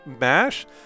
mash